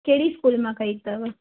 कहिड़ी स्कूल मां कई अथव